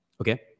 Okay